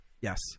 Yes